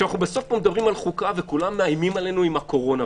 בסוף פה מדברים על חוקה וכולם מאיימים עלינו עם הקורונה.